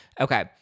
Okay